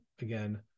again